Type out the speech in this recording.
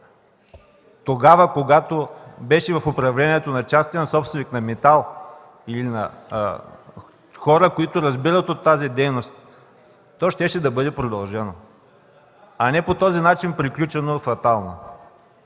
тогава, когато беше в управлението на частен собственик – на „Метал” или хора, които разбират от тази дейност, то щеше да бъде продължено, а не приключено фатално